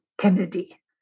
Kennedy